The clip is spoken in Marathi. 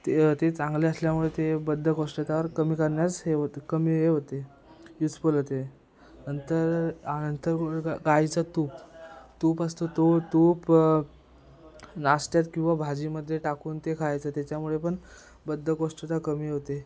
ते ते चांगले असल्यामुळे ते बद्धकोष्ठतावर कमी करण्यास हे होते कमी हे होते यूजफुल होते नंतर नंतर गा गाईचा तूप तूप असतो तो तूप नाश्त्यात किंवा भाजीमध्ये टाकून ते खायचं त्याच्यामुळे पण बद्धकोष्ठता कमी होते